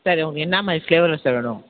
sir உங்களுக்கு என்னமாதிரி ஃப்ளேவரில் சார் வேணும்